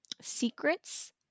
secrets